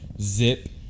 zip